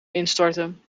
instorten